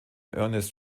ernest